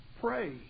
pray